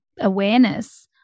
awareness